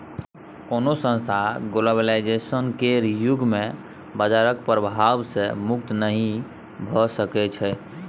कोनो संस्थान ग्लोबलाइजेशन केर युग मे बजारक प्रभाव सँ मुक्त नहि भऽ सकै छै